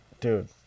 dude